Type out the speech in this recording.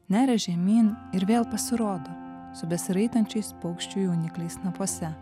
neria žemyn ir vėl pasirodo su besiraitančiais paukščių jaunikliais snapuose